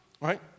right